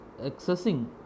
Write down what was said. accessing